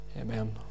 Amen